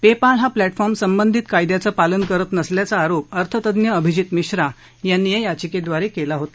पे पाल हा platform संबंधित कायद्याचं पालन करत नसल्याचा आरोप अर्थतज्ञ अभिजित मिश्रा यांनी या याचिकेद्वारे केला आहे